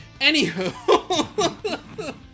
Anywho